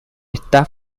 está